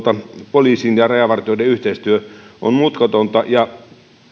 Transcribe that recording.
poliisin ja rajavartijoiden yhteistyö on mutkatonta ja